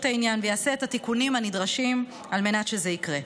העניין ויעשה את התיקונים הנדרשים כדי שזה יקרה.